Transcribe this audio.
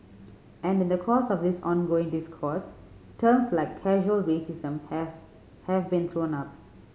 and in the course of this ongoing discourse terms like casual racism has have been thrown up